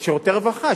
של שירותי הרווחה.